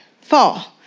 fall